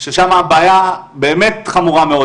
ששם הבעיה באמת חמורה מאוד,